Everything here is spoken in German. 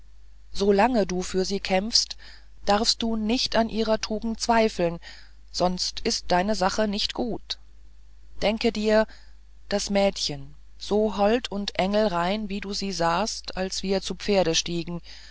lange du für sie kämpfst darfst du nicht an ihrer tugend zweifeln sonst ist deine sache nicht gut denke dir das mädchen so hold und engelrein wie du sie sahst als wir zu pferde stiegen